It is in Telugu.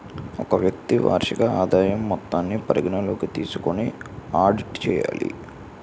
ఒక వ్యక్తి వార్షిక ఆదాయం మొత్తాన్ని పరిగణలోకి తీసుకొని ఆడిట్ చేయాలి